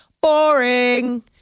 Boring